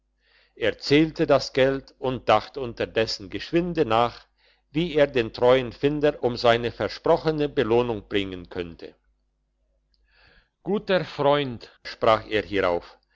zählte das geld und dachte unterdessen geschwinde nach wie er den treuen finder um seine versprochene belohnung bringen könnte guter freund sprach er hierauf